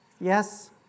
Yes